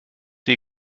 wie